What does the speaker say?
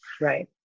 right